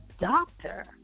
doctor